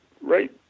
right